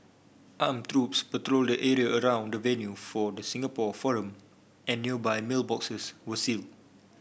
armed troops patrolled the area around the venue for the Singapore forum and nearby mailboxes were sealed